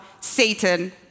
Satan